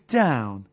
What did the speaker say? down